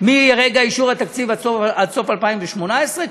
מרגע אישור התקציב עד סוף 2018,